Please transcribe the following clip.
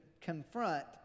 confront